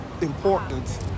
importance